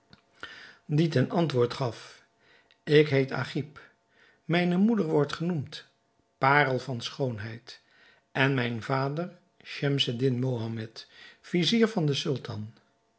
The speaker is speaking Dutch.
die ten antwoord gaf ik heet agib mijne moeder wordt genoemd parel van schoonheid en mijn vader schemseddin mohammed vizier van den sultan